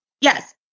Yes